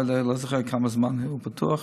ואני לא זוכר כמה זמן הוא פתוח,